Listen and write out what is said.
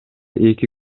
эки